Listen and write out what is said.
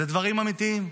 אלה דברים אמיתיים.